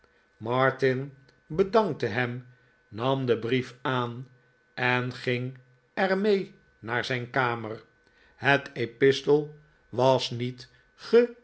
bedankte hem nam den brief aan en ging er mee naar zijn kamer het epistel was niet